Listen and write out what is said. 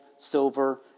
silver